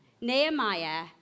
Nehemiah